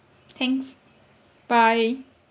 thanks bye